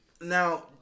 Now